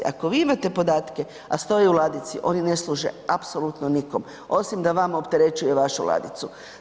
Ako vi imate podatke, a stoje u ladici, oni ne služe apsolutno nikom osim da vama opterećuje vašu ladicu.